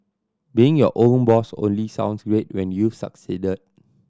being your own boss only sounds great when you've succeeded